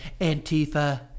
Antifa